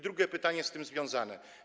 Drugie pytanie z tym związane.